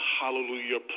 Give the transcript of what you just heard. hallelujah